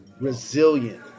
resilient